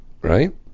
right